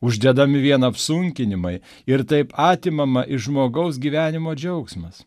uždedami vien apsunkinimai ir taip atimama iš žmogaus gyvenimo džiaugsmas